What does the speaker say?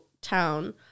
town